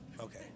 okay